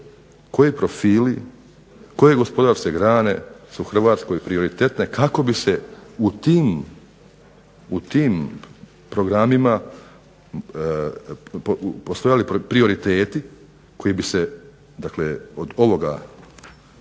koji profili, koje gospodarske grane su Hrvatskoj prioritetne kako bi se u tim programima postojali prioriteti koji bi se, dakle